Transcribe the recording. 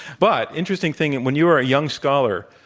but interesting thing and when you were a young scholar,